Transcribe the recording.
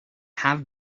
have